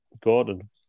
Gordon